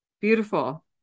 Beautiful